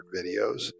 videos